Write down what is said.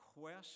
quest